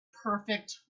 perfect